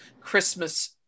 Christmas